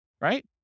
right